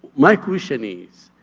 my question is,